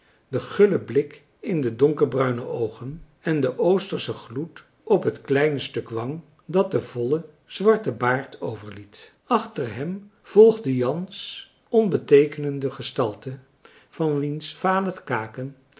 den gullen blik in de donkerbruine oogen en den oosterschen gloed op het kleine stuk wang dat de volle zwarte baard overliet achter hem volgde jans onbeteekenende gestalte van wiens vale kaken